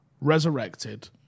resurrected